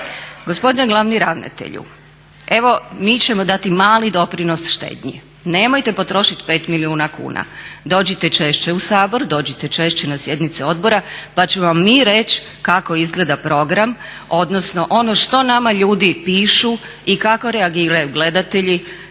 Gospodine glavni ravnatelju evo mi ćemo dati mali doprinos štednji nemojte potrošiti 5 milijuna kuna, dođite češće u Sabor, dođite češće na sjednice odbora pa ćemo vam mi reći kako izgleda program odnosno ono što nama ljudi pišu i kako reagiraju gledatelji